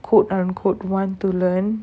quote unquote want to learn